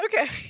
Okay